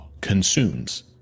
consumes